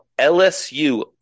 LSU